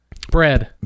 bread